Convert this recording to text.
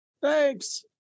Thanks